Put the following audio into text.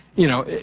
you know,